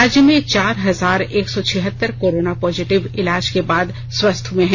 राज्य में चार हजार एक सौ छिहत्तर कोरोना पॉजिटिव इलाज के बाद स्वस्थ हए हैं